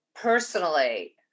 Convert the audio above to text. personally